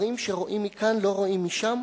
דברים שרואים מכאן לא רואים משם?